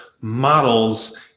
models